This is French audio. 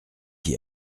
qui